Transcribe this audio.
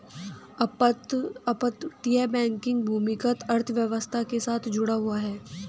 अपतटीय बैंकिंग भूमिगत अर्थव्यवस्था के साथ जुड़ा हुआ है